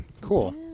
Cool